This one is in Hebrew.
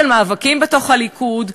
של מאבקים בתוך הליכוד,